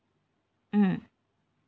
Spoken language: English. mm